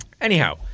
Anyhow